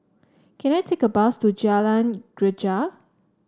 can I take a bus to Jalan Greja